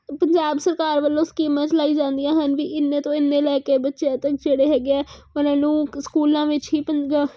ਪੰਜਾਬ ਸਰਕਾਰ ਵੱਲੋਂ ਸਕੀਮਾਂ ਚਲਾਈ ਜਾਂਦੀਆਂ ਹਨ ਵੀ ਇੰਨੇ ਤੋਂ ਇੰਨੇ ਲੈ ਕੇ ਬੱਚੇ ਤੋਂ ਜਿਹੜੇ ਹੈਗੇ ਆ ਉਹਨਾਂ ਨੂੰ ਸਕੂਲਾਂ ਵਿੱਚ ਹੀ ਪੰਜਾ